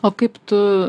o kaip tu